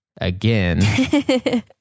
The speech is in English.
again